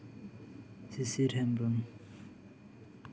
ᱥᱤᱥᱤᱨ ᱦᱮᱢᱵᱨᱚᱢ